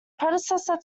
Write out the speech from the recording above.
predecessor